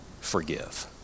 forgive